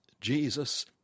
Jesus